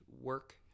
work